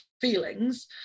feelings